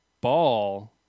ball